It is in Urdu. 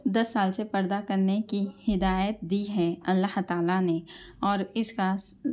دس سال سے پردہ کرنے کی ہدایت دی ہے اللّہ تعالیٰ نے اور اِس کا